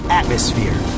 atmosphere